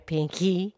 Pinky